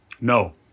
No